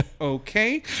okay